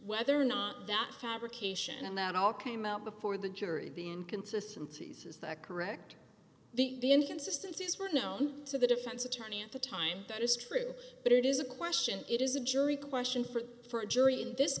whether or not that fabrication and that all came out before the jury be inconsistency says that correct the inconsistency is well known to the defense attorney at the time that is true but it is a question it is a jury question for for a jury in this